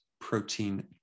protein